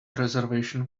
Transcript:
reservation